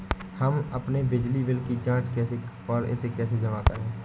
हम अपने बिजली बिल की जाँच कैसे और इसे कैसे जमा करें?